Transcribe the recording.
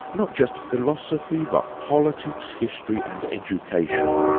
not just philosophy, but politics, history and education.